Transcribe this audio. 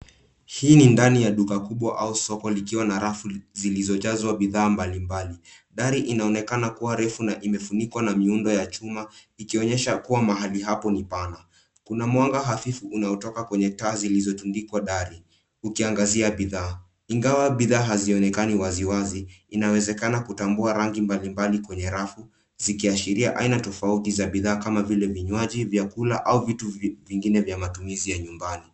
Hii ni ndani ya duka kubwa au soko likiwa na rafu ,zilizojazwa bidhaa mbali mbali ,dari inaonekana kuwa refu na imefunikwa na miundo ya chuma ikionyesha kuwa mahali hapo ni pana. Kuna mwanga hafifu unaotoka kwenye taa zilizotundikwa dari ukiangazia bidhaa. Ingawa bidhaa hazionekani wazi wazi, inawezekana kutambua rangi mbali mbali ,kwenye rafu, zikiashiria aina tofauti za bidhaa kama vile vinywaji ,vyakula au vitu vingine vya matumizi ya nyumbani .